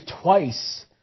twice